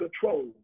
control